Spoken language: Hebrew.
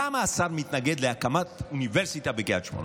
למה השר מתנגד להקמת אוניברסיטה בקריית שמונה?